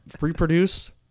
reproduce